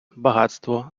багатство